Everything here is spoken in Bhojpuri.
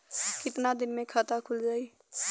कितना दिन मे खाता खुल जाई?